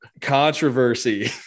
Controversy